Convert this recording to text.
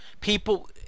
People